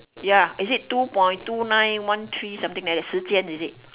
ya is it two point two nine one three something like that 时间 is it